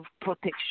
protection